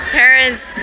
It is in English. parents